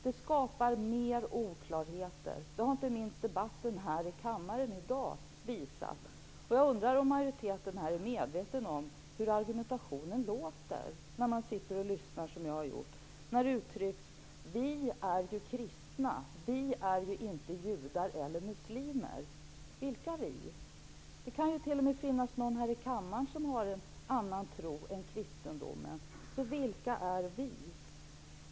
Det skapar bara mer oklarheter. Det har inte minst debatten här i kammaren i dag visat. Jag undrar om majoriteten här är medveten om hur argumentationen låter. Man säger: Vi är ju kristna. Vi är ju inte judar eller muslimer. Vilka vi? Det kan ju t.o.m. finnas någon här i kammaren som har en annan tro än kristendomen. Vilka är vi?